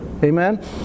Amen